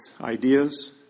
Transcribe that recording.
ideas